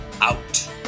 out